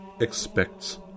expects